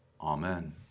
Amen